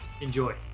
enjoy